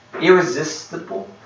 Irresistible